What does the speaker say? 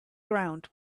ground